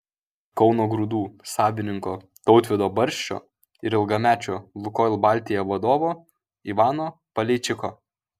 kauno grūdų savininko tautvydo barščio ir ilgamečio lukoil baltija vadovo ivano paleičiko